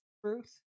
truth